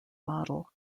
model